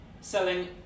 Selling